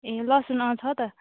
ए लसुन अँ छ त